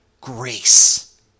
Grace